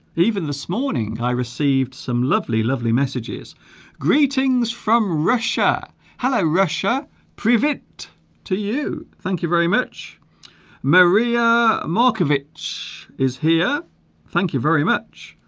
even this morning i received some lovely lovely messages greetings from russia hello russia prove it to you thank you very much maria markovic is here thank you very much